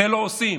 את זה לא עושים.